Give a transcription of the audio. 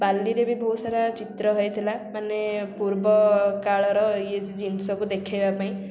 ବାଲିରେ ବି ବହୁତ ସାରା ଚିତ୍ର ହେଇଥିଲା ମାନେ ପୂର୍ବ କାଳର ଇଏ ଜିନିଷକୁ ଦେଖେଇବା ପାଇଁ